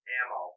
ammo